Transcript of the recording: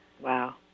Wow